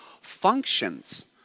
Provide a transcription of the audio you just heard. functions